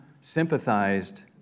sympathized